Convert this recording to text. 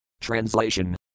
Translation